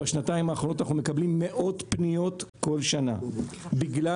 בשנתיים האחרונות אנחנו מקבלים מאות פניות כל שנה בגלל